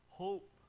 Hope